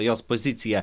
jos poziciją